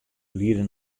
liede